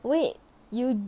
wait you